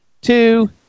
two